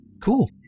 cool